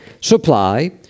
Supply